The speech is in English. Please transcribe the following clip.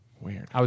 Weird